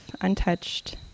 untouched